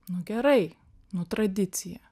nu gerai nu tradicija